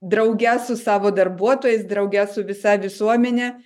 drauge su savo darbuotojais drauge su visa visuomene